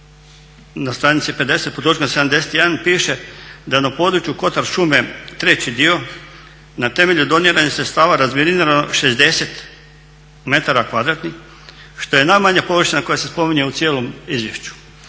na stranici 50 pod točkom 71.piše da je na području Kotar šume treći dio na temelju doniranih sredstava razminirano 60 metara kvadratnih što je najmanja površina koja se spominje u cijelom izvješću.